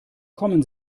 kommen